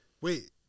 Wait